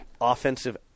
offensive